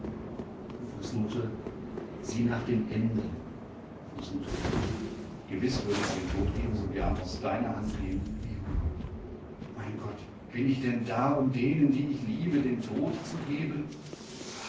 sieh nach dem ende gewiß würde er den tod ebenso gern aus deiner hand nehmen wie hugo mein gott bin ich denn da um denen die ich liebe den tod zu geben